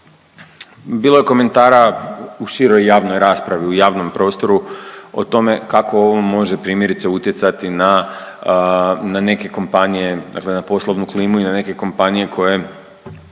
Bilo je komentara u široj javnoj raspravi, u javnom prostoru o tome kako ovo može primjerice utjecati na neke kompanije, dakle na poslovnu klimu i na neke kompanije koje